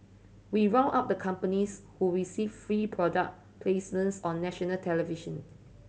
we round up the companies who received free product placements on national television